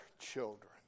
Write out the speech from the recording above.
children